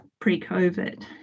pre-COVID